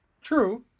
True